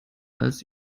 als